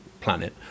planet